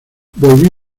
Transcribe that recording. volví